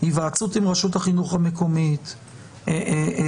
היוועצות עם רשות החינוך המקומית שבהשגה?